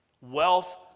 wealth